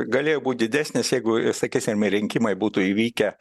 galėjo būt didesnis jeigu sakysim rinkimai būtų įvykę